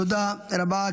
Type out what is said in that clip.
תודה רבה.